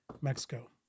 Mexico